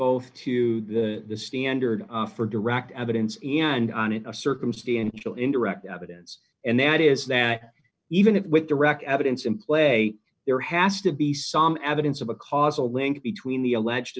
both to the standard for direct evidence and on it a circumstantial indirect evidence and that is that even if with direct evidence in play there has to be some evidence of a causal link between the alleged